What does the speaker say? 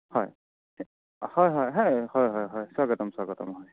হয় হয় হয় হয় হয় হয় হয় স্বাগতম স্বাগতম হয়